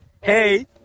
Hey